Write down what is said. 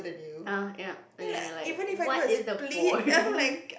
err ya and then like what is the point